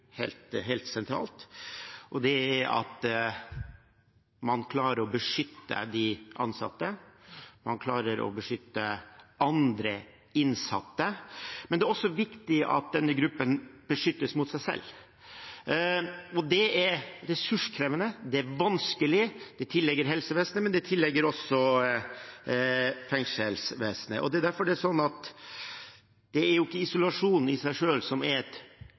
helt sentralt, og det er at man klarer å beskytte de ansatte, og at man klarer å beskytte andre innsatte. Men det er også viktig at denne gruppen beskyttes mot seg selv. Det er ressurskrevende, og det er vanskelig. Det tilligger helsevesenet, men det tilligger også fengselsvesenet. Det er jo ikke isolasjonen i seg selv som er et mål eller et virkemiddel; utelukkelse fra fellesskapet er